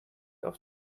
auf